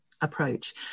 approach